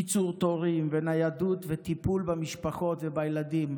קיצור תורים, ניידות וטיפול במשפחות ובילדים.